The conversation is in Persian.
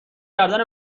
گردن